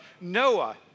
Noah